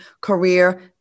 career